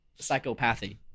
psychopathy